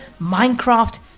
Minecraft